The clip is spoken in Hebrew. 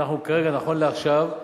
כרגע, נכון לעכשיו,